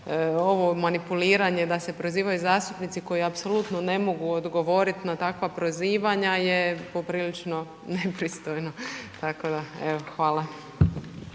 ovo manipuliranje da se prozivaju zastupnici koji apsolutno ne mogu odgovoriti na takva prozivanja je poprilično nepristojno. Hvala.